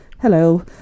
hello